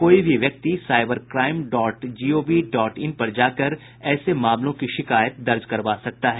कोई भी व्यक्ति cyber crime dot gov dot in पर जाकर ऐसे मामलों की शिकायत दर्ज करवा सकता है